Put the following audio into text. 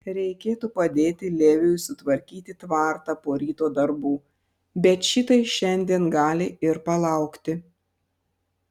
reikėtų padėti leviui sutvarkyti tvartą po ryto darbų bet šitai šiandien gali ir palaukti